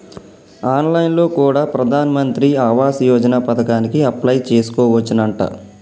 on line లో కూడా ప్రధాన్ మంత్రి ఆవాస్ యోజన పథకానికి అప్లై చేసుకోవచ్చునంట